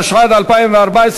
התשע"ד 2014,